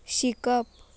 शिकप